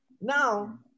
now